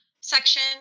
section